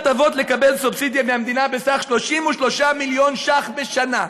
אבות לקבל סובסידיה מהמדינה בסך 33 מיליון ש"ח בשנה.